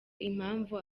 impamvu